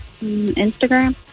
Instagram